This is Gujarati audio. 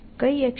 કઈ એક્શન